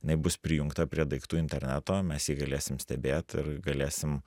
jinai bus prijungta prie daiktų interneto mes jį galėsim stebėt ir galėsim